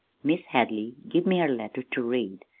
mis' hadley give me her letter ter read,